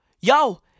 yo